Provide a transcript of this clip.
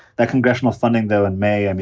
that congressional funding, though, in may, and